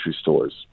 stores